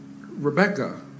Rebecca